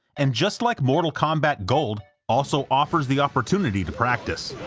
and just like mortal kombat gold, also offers the opportunity to practice.